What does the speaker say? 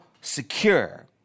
secure